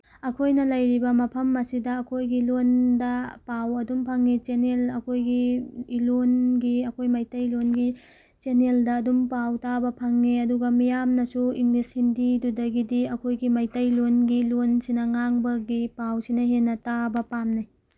ꯑꯩꯈꯣꯏꯅ ꯂꯩꯔꯤꯕ ꯃꯐꯝ ꯑꯁꯤꯗ ꯑꯩꯈꯣꯏꯒꯤ ꯂꯣꯜꯗ ꯄꯥꯎ ꯑꯗꯨꯝ ꯐꯪꯉꯤ ꯆꯦꯟꯅꯦꯜ ꯑꯩꯈꯣꯏꯒꯤ ꯏꯂꯣꯜꯒꯤ ꯑꯩꯈꯣꯏ ꯃꯩꯇꯩ ꯂꯣꯜꯒꯤ ꯆꯦꯟꯅꯦꯜꯗ ꯑꯗꯨꯝ ꯄꯥꯎ ꯇꯥꯕ ꯐꯪꯉꯦ ꯑꯗꯨꯒ ꯃꯤꯌꯥꯝꯅꯁꯨ ꯏꯪꯂꯤꯁ ꯍꯤꯟꯗꯤ ꯑꯗꯨꯗꯒꯤꯗꯤ ꯑꯩꯈꯣꯏꯒꯤ ꯃꯩꯇꯩ ꯂꯣꯜꯒꯤ ꯂꯣꯜꯁꯤꯅ ꯉꯥꯡꯕꯒꯤ ꯄꯥꯎꯁꯤꯅ ꯍꯦꯟꯅ ꯇꯥꯕ ꯄꯥꯝꯅꯩ